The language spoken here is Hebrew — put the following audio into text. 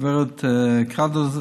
הגברת קררו,